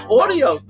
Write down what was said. audio